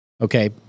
Okay